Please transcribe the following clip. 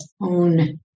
own